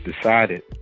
decided